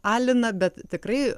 alina bet tikrai